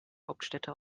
hauptstädte